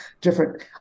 different